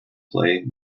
play